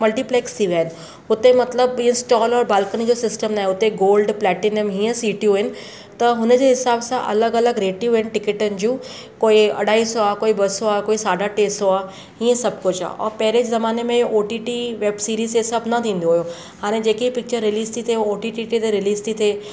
multiplex थी विया आहिनि हुते मतिलबु ईअं स्टॉल बालकनी जो सिस्टम नाहे हुते गोल्ड प्लैटिनम इहे सिटियूं आहिनि त हुन जे हिसाब सां अलॻि अलॻि रेटियूं आहिनि टिकटनि जूं कोई अढाई सौ आहे कोई ॿ सौ आहे कोई साढा टे सौ आहे हीअं सभु कुझु आहे ऐं पहिरें ज़माने में O T T web series इहे सभु न थींदो हो हाणे जेके पिचर रिलीज थी थिए ओ टी टी ते रिलीज थी थिए